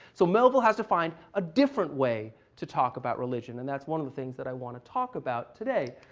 so melville has to find a different way to talk about religion, and that's one of the things that i want to talk about today.